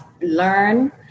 learn